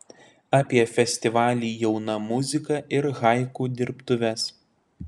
apie festivalį jauna muzika ir haiku dirbtuves